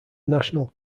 national